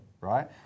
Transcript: Right